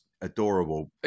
adorable